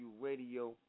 Radio